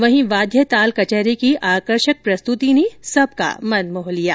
वहीं वाद्य ताल कचहरी की आकर्षक प्रस्तुति ने सबका मन मोह लिया